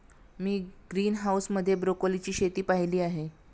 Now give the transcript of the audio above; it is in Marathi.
मी ग्रीनहाऊस मध्ये ब्रोकोलीची शेती पाहीली आहे